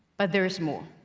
but there is more.